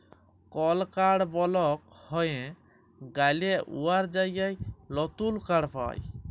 call card বলক হঁয়ে গ্যালে উয়ার জায়গায় লতুল কাড় পায়